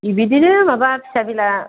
बिदिनो माबा फिसा बिला